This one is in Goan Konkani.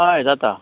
हय जाता